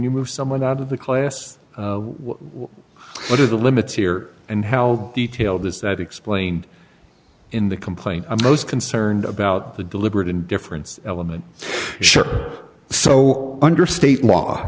you move someone out of the class what what are the limits here and how detailed is that explained in the complaint i'm most concerned about the deliberate indifference element sure so under state law